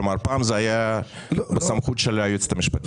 כלומר פעם זה היה בסמכות של היועצת המשפטית?